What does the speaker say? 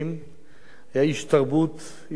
היה איש תרבות, איש אוהב מוזיקה,